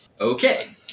okay